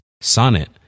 Sonnet